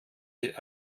die